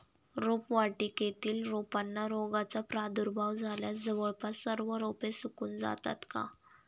रोपवाटिकेतील रोपांना रोगाचा प्रादुर्भाव झाल्यास जवळपास सर्व रोपे सुकून जातात का?